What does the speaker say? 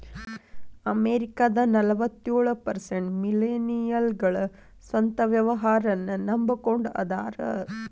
ಅಮೆರಿಕದ ನಲವತ್ಯೊಳ ಪರ್ಸೆಂಟ್ ಮಿಲೇನಿಯಲ್ಗಳ ಸ್ವಂತ ವ್ಯವಹಾರನ್ನ ನಂಬಕೊಂಡ ಅದಾರ